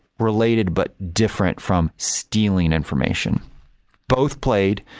related but different from stealing information both played.